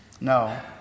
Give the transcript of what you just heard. No